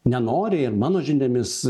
nenoriai mano žiniomis